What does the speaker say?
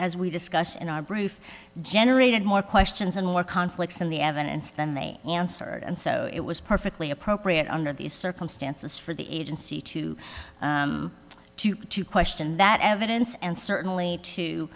as we discussed in our brief generated more questions and more conflicts in the evidence than me answered and so it was perfectly appropriate under these circumstances for the agency to to to question that evidence and certainly to